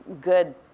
good